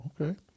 Okay